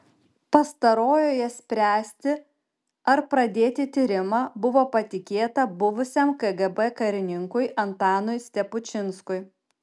pastarojoje spręsti ar pradėti tyrimą buvo patikėta buvusiam kgb karininkui antanui stepučinskui